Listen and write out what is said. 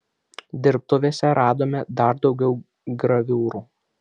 dirbtuvėse radome dar daugiau graviūrų